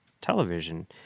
television